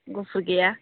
गुफुर गैया